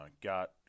Got